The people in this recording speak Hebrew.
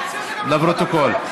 לפרוטוקול.